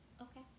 Okay